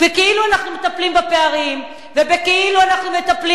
בכאילו אנחנו מטפלים בפערים ובכאילו אנחנו מטפלים